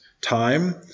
time